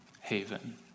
haven